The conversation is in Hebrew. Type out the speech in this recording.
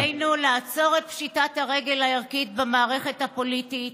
עלינו לעצור את פשיטת הרגל הערכית במערכת הפוליטית